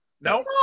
No